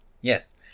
yes